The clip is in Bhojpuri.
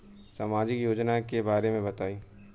सामाजिक योजना के बारे में बताईं?